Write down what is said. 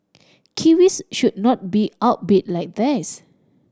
kiwis should not be outbid like this